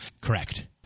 Correct